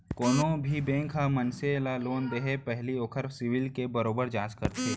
कोनो भी बेंक ह मनसे ल लोन देके पहिली ओखर सिविल के बरोबर जांच करथे